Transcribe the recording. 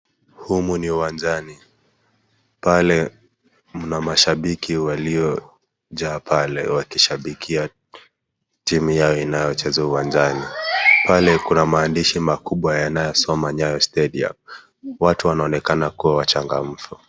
Humu ni uwanjani .Pale mna mashabiki waliojaa pale wakishabikia timu yao inayocheza uwanjani. Pale kuna maandishi makubwa yanayosoma Nyayo Stadium . Watu wanaonekana kuwa wachangamfu.